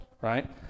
right